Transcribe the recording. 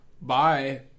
bye